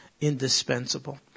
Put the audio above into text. indispensable